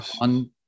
on